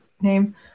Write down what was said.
name